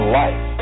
life